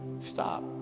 stop